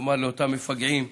לאותם מפגעים,